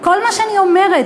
כל מה שאני אומרת,